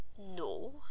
No